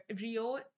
Rio